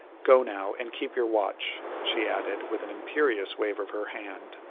go now and keep your watch, she added, with an imperious wave of her hand.